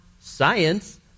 science